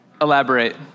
Elaborate